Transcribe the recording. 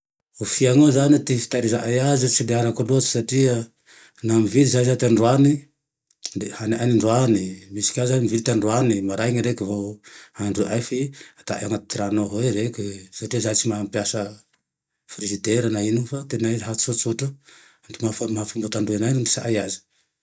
Io fiagny io zane ty fitahirizanay aze, tsy de arako loatsy satria naho mividy zahay ty androany le haninay androany, misy ka zahay mivily ty androany maraigny reke vo andrahonay fe ataonay anaty rano avao reke satria zahay tsy mahay mampiasa frizidera na ino fa tena raha tsotsotra fa amy tena maha fomba tandro anay no indesanay aze